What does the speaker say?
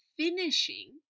Finishing